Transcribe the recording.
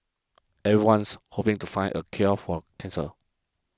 everyone's hoping to find a cure for cancer